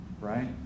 Right